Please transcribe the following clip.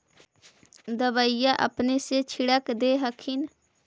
दबइया अपने से छीरक दे हखिन?